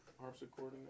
Harpsichord